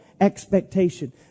expectation